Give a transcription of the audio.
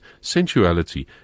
sensuality